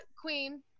Queen